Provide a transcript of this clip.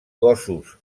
gossos